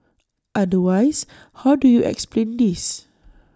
otherwise how do you explain this